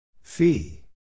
Fee